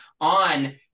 on